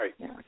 Right